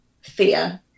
fear